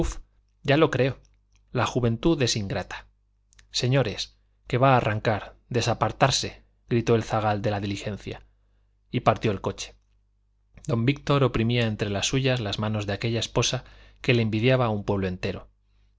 ya lo creo la juventud es ingrata señores que va a arrancar desapartarse gritó el zagal de la diligencia y partió el coche don víctor oprimía entre las suyas las manos de aquella esposa que le envidiaba un pueblo entero